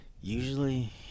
usually